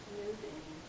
moving